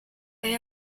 they